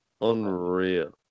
Unreal